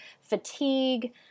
fatigue